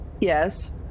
Yes